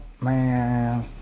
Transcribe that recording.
man